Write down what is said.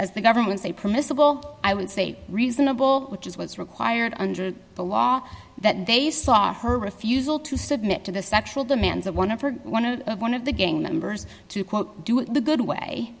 as the government say permissible i would say reasonable which is what is required under the law that they saw her refusal to submit to the sexual demands of one of her one of one of the gang members to quote do the good way